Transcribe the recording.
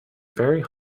very